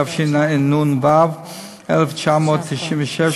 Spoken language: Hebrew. התשנ"ו 1996,